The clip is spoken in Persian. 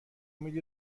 میدی